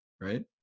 right